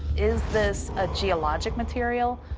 is this a geologic material,